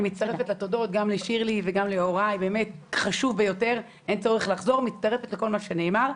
לחזור, באמת מצטרפת לכל מה שנאמר.